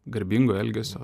garbingo elgesio